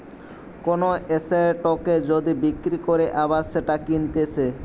কোন এসেটকে যদি বিক্রি করে আবার সেটা কিনতেছে